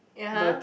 (uh huh)